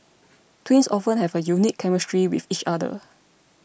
twins often have a unique chemistry with each other